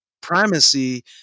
primacy